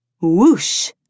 whoosh